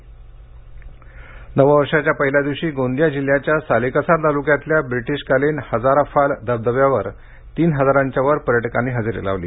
गोंदियातील हजाराफ़ॉल धबधबा नववर्षाच्या पहिल्या दिवशी गोंदिया जिल्ह्याच्या सालेकसा तालुक्यातल्या ब्रिटिशकालीन हजाराफाल धबधब्यावर तीन हजारांच्या वर पर्यटकांनी हजेरी लावली